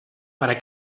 para